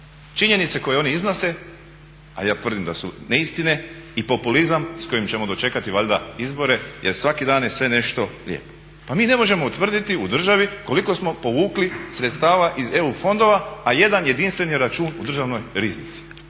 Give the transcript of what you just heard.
činjenice koje oni iznose a ja tvrdim da su neistine i populizam s kojim ćemo dočekati valjda izbore jer svaki dan je sve nešto lijepo. Pa mi ne možemo utvrditi u državi koliko smo povukli sredstava iz EU fondova, a jedan jedinstveni račun u Državnoj riznici.